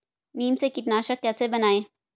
नीम से कीटनाशक कैसे बनाएं?